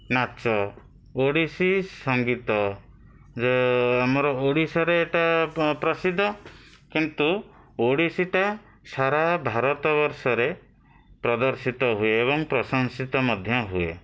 ନାଚ ଓଡ଼ିଶୀ ସଙ୍ଗୀତ ଯେଉଁ ଆମର ଓଡ଼ିଶାରେ ଏଇଟା ପ୍ରସିଦ୍ଧ କିନ୍ତୁ ଓଡ଼ିଶୀଟା ସାରା ଭାରତ ବର୍ଷରେ ପ୍ରଦର୍ଶିତ ହୁଏ ଏବଂ ପ୍ରସଂଶିତ ମଧ୍ୟ ହୁଏ